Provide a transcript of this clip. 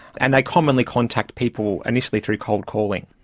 and they commonly contact people, initially through cold calling.